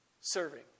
serving